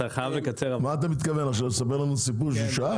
אתה מתכוון לספר לנו עכשיו סיפור של שעה?